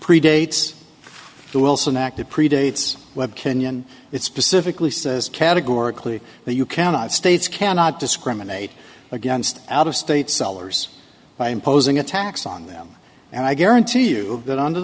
predates the wilson act it predates web kenya and it specifically says categorically that you cannot states cannot discriminate against out of state sellers by imposing a tax on them and i guarantee you that under